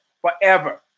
Forever